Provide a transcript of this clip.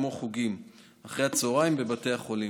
כמו חוגים אחרי הצוהריים, בבתי החולים.